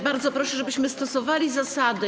Bardzo proszę, żebyśmy stosowali zasady.